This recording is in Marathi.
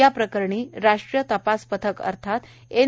या प्रकरणी राष्ट्रीय तपास पथक अर्थात एन